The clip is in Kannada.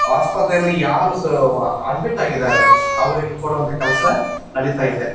ಆಸ್ಪತ್ರೆಯಲ್ಲಿ ಯಾರು ಸಹ ಅಡ್ಮಿಟ್ ಆಗಿದ್ದಾರೆ ಅವರಿಗೆ ಕೊಡುವಂತಹ ಕೆಲಸ ನಡಿತಾಯಿದೆ